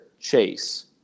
Chase